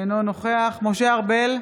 אינו נוכח משה ארבל,